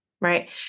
right